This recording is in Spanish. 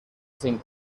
sin